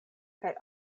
kaj